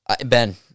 Ben